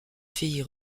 fille